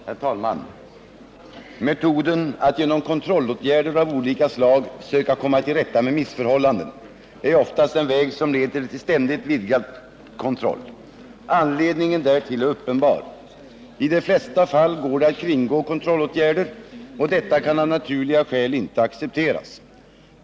Herr talman! Metoden att genom kontrollåtgärder av olika slag söka komma till rätta med missförhållanden är oftast en väg som leder till ständigt behov av vidgad kontroll. Anledningen därtill är uppenbar. I de flesta fall går det att kringgå kontrollåtgärder, och detta kan av naturliga skäl inte accepteras.